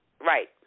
Right